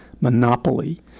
monopoly